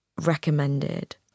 recommended